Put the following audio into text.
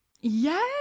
yes